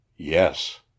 Yes